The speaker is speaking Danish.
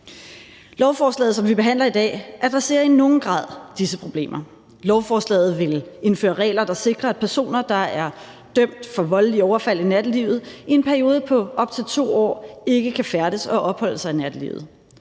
Lovforslaget, som vi behandler i dag, adresserer i nogen grad disse problemer. Lovforslaget vil indføre regler, der sikrer, at personer, der er dømt for voldelige overfald i nattelivet, i en periode på op til 2 år ikke kan færdes og opholde sig i nattelivet.